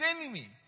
enemy